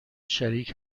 شریک